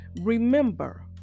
Remember